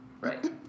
Right